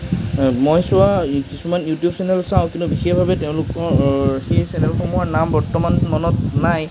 মই চোৱা কিছুমান ইউটিউব চেনেল চাওঁ কিন্তু বিশেষভাৱে তেওঁলোকৰ সেই চেনেলসমূহৰ নাম বৰ্তমান মনত নাই